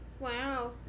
Wow